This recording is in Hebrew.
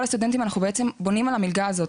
כל הסטודנטים, אנחנו בעצם בונים על המלגה הזו.